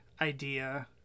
idea